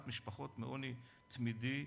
תצטרכו לומר למה אתם פוגעים במשפחות עם הילדים האלה.